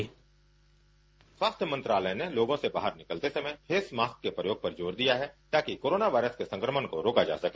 sound bite स्वास्थ्य मंत्रालय ने लोगों से बाहर निकलते समय फेस मास्क के प्रयोग पर जोर दिया है ताकि कोरोना वायरस के संक्रमण को रोका जा सके